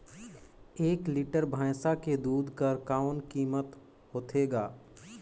एक लीटर भैंसा के दूध कर कौन कीमत होथे ग?